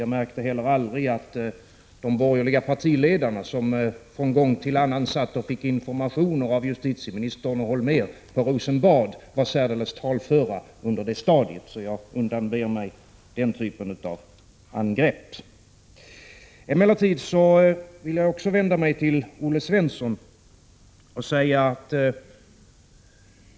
Jag märkte heller aldrig att de borgerliga partiledarna, som från gång till annan fick information av justitieministern och Holmér på Rosenbad, var särdeles talföra under det stadiet, så jag undanber mig den typen av angrepp. Emellertid vill jag också vända mig till Olle Svensson.